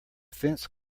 fence